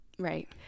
Right